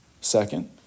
Second